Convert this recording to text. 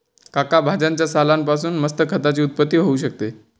काका भाज्यांच्या सालान पासून मस्त खताची उत्पत्ती होऊ शकते